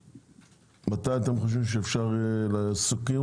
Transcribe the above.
מתי אתם חושבים שאפשר לסכם?